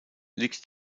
liegt